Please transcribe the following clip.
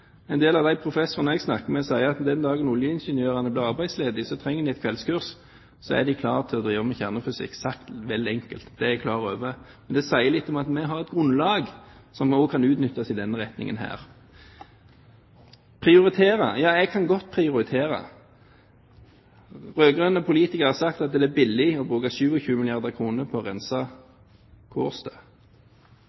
En del av de professorene jeg har snakket med, sier at den dagen oljeingeniørene blir arbeidsledige, trenger de et kveldskurs – da er de klare til å drive med kjernefysikk. Dette er sagt veldig enkelt, det er jeg klar over, men det sier litt om at vi har et grunnlag som også kan utnyttes i denne retningen. Prioritere – ja, jeg kan godt prioritere. Rød-grønne politikere har sagt at det er billig å bruke 27 milliarder kr på å rense